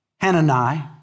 Hanani